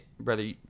brother